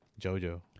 JoJo